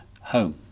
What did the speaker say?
home